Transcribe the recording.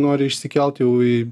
nori išsikelt jau į